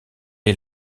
est